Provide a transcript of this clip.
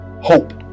hope